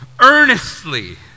Earnestly